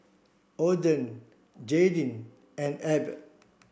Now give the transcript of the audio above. Ogden Jaydin and Abb